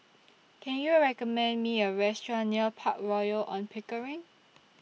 Can YOU recommend Me A Restaurant near Park Royal on Pickering